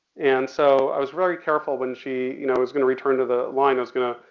and so i was very careful when she you know was gonna return to the line. i was gonna,